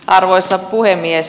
arvoisa puhemies